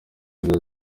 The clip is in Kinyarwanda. bya